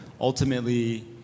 ultimately